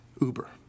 Uber